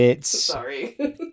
Sorry